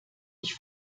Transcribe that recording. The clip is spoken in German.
ich